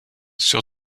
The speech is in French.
sur